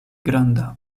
granda